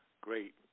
great